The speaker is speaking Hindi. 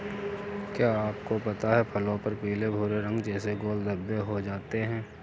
क्या आपको पता है फलों पर पीले भूरे रंग जैसे गोल धब्बे हो जाते हैं?